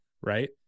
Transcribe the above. Right